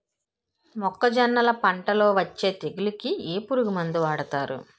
మొక్కజొన్నలు పంట లొ వచ్చే తెగులకి ఏ పురుగు మందు వాడతారు?